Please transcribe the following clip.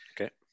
Okay